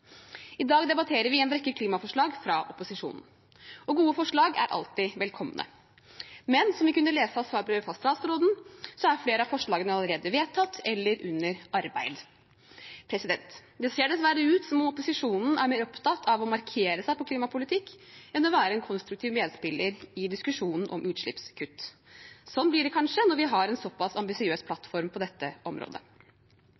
I dag debatterer vi en rekke klimaforslag fra opposisjonen. Gode forslag er alltid velkomne, men som vi kunne lese av svarbrevet fra statsråden, er flere av forslagene allerede vedtatt eller under arbeid. Det ser dessverre ut som om opposisjonen er mer opptatt av å markere seg i klimapolitikk enn å være en konstruktiv medspiller i diskusjonen om utslippskutt. Sånn blir det kanskje, når vi har en såpass ambisiøs